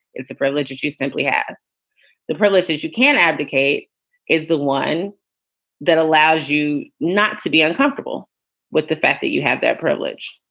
it's a privilege. you simply have the privilege. you can't advocate is the one that allows you not to be uncomfortable with the fact that you have that privilege,